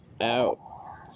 out